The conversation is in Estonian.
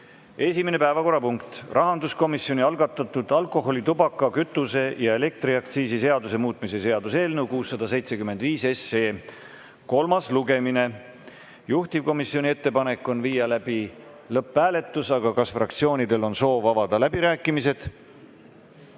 Esimene päevakorrapunkt on rahanduskomisjoni algatatud alkoholi‑, tubaka‑, kütuse‑ ja elektriaktsiisi seaduse muutmise seaduse eelnõu 675 kolmas lugemine. Juhtivkomisjoni ettepanek on viia läbi lõpphääletus. Aga kas fraktsioonidel on soovi avada läbirääkimisi?